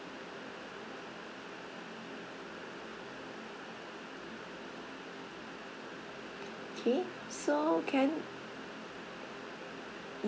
K so can I k~